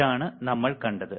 ഇതാണ് നമ്മൾ കണ്ടത്